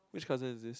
which cousin is this